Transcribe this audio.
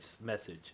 message